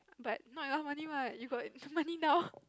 but not a lot money what you got so money now